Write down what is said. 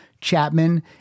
Chapman